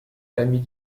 famille